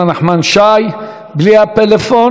נחמן שי, בלי הפלאפון.